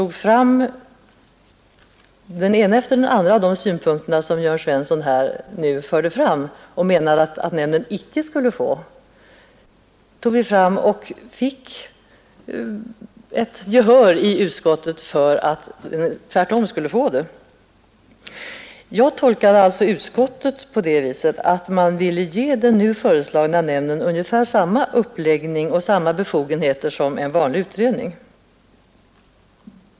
Den ena efter den andra av de befogenheter som Jörn Svensson nu har ansett att nämnden inte skulle få tog vi fram i utskottet och vi fick där gehör för att den tvärtom skulle få dessa. Jag har alltså tolkat utskottsmajoritetens skrivning på det sättet att man vill ge den nu föreslagna nämnden ungefär samma uppläggning och samma befogenheter som en vanlig utredning.